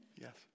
Yes